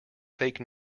fake